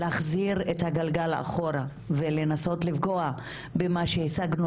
להחזיר את הגלגל אחורה ולנסות לפגוע במה שהשגנו